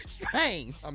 Strange